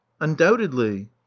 undoubtedly